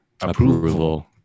approval